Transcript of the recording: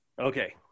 Okay